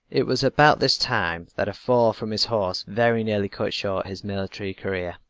it was about this time that a fall from his horse very nearly cut short his military career.